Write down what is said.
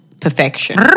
perfection